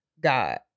God